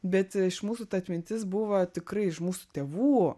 bet iš mūsų ta atmintis buvo tikrai iš mūsų tėvų